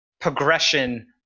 progression